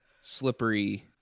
slippery